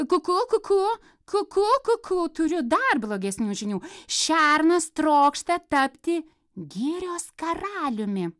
kukū kukū kukū kukū turiu dar blogesnių žinių šernas trokšta tapti girios karaliumi